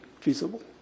feasible